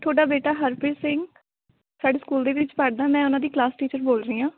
ਤੁਹਾਡਾ ਬੇਟਾ ਹਰਪ੍ਰੀਤ ਸਿੰਘ ਸਾਡੇ ਸਕੂਲ ਦੇ ਵਿੱਚ ਪੜ੍ਹਦਾ ਮੈਂ ਉਨ੍ਹਾਂ ਦੀ ਕਲਾਸ ਟੀਚਰ ਬੋਲ ਰਹੀ ਹਾਂ